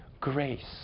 grace